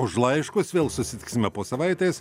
už laiškus vėl susitiksime po savaitės